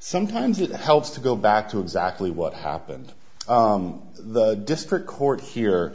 sometimes it helps to go back to exactly what happened the district court here